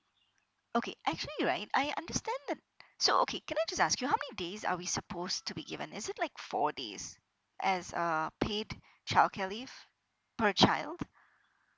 okay actually right I understand that so okay can I just ask you how many days are we supposed to be given is it like four days as uh paid childcare leave per child